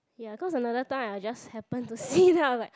ya cause another time I just happen to see then I was like